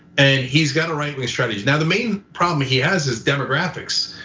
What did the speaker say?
and he's got a right-wing strategy. now, the main problem he has is demographics.